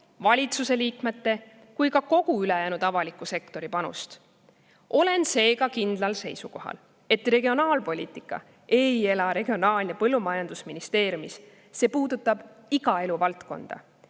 valitsuse liikmete kui ka kogu ülejäänud avaliku sektori panust. Olen seega kindlal seisukohal, et regionaalpoliitika ei ela Regionaal‑ ja Põllumajandusministeeriumis, vaid puudutab iga eluvaldkonda.